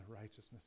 righteousness